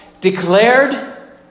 declared